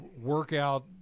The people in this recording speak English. workout